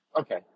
Okay